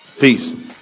Peace